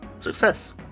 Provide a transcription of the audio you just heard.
success